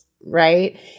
right